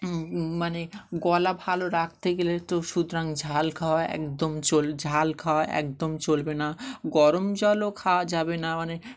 মানে গলা ভালো রাখতে গেলে তো সুতরাং ঝাল খাওয়া একদম ঝাল খাওয়া একদম চলবে না গরম জলও খাওয়া যাবে না মানে